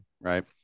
Right